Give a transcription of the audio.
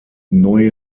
neue